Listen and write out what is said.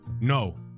No